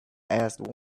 asked